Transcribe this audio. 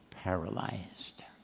paralyzed